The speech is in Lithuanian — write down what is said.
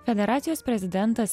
federacijos prezidentas